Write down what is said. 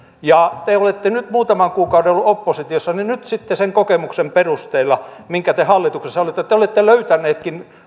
ja te te olette nyt muutaman kuukauden olleet oppositiossa nyt sitten sen kokemuksen perusteella minkä te hallituksessa olitte te te olettekin löytäneet